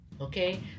Okay